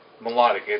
melodic